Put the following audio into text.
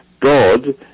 God